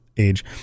Age